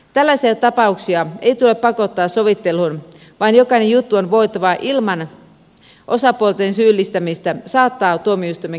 tällaisia tapauksia ei tule pakottaa sovitteluun vaan jokainen juttu on voitava ilman osapuolten syyllistämistä saattaa tuomioistuimen käsiteltäväksi